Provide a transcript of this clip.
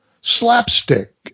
slapstick